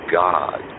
god